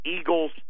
eagles